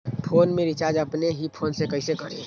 Phone में recharge अपने ही फ़ोन से कईसे करी?